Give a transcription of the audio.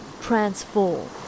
transform